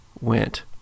went